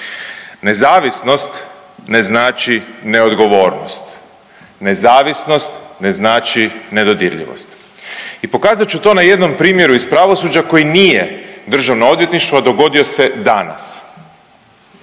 Nezavisnost ne znači neodgovornost, nezavisnost ne znači nedodirljivost i pokazat ću to na jednom primjeru iz pravosuđa koji nije državno odvjetništvo, a dogodio se danas.